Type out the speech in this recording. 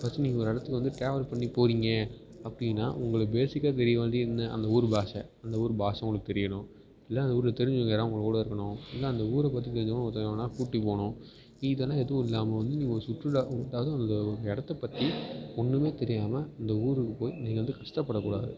first நீங்கள் ஒரு இடத்துக்கு வந்து ட்ராவல் பண்ணி போகிறிங்க அப்படின்னா உங்களுக்கு பேஸிக்காக தெரிய வேண்டியது என்ன அந்த ஊர் பாஷை அந்த ஊர் பாஷை உங்களுக்கு தெரியணும் இல்லை அந்த ஊரில் தெரிஞ்சவுங்க யாராவது உங்கள் கூட இருக்கணும் இல்லை அந்த ஊரை பற்றி தெரிஞ்சவங்க ஒருத்தன் எவனாது கூப்பிட்டு போகணும் இதெல்லாம் எதுவும் இல்லாமல் வந்து நீங்கள் ஒரு சுற்றுலா அந்த இடத்த பற்றி ஒன்றுமே தெரியாமல் அந்த ஊருக்கு போய் நீங்கள் வந்து கஷ்டப்படக் கூடாது